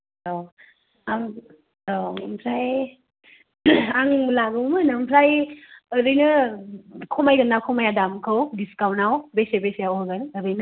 औ आं औ ओमफ्राय आं लागौ मोन ओमफ्राय ओरैनो खमायगोनना खमाया दामखौ दिसखावन्थ आव बेसे बेसे आव हरगोन ओरैनो